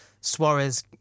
Suarez